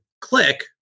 Click